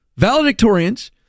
valedictorians